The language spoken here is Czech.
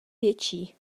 větší